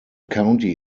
county